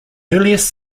earliest